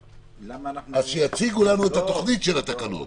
למה אנחנו --- אז שיציגו לנו את התוכנית של התקנות.